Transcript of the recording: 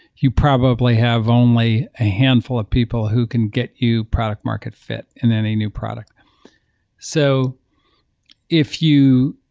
you probably have only a handful of people who can get you product market fit and then a new product so if you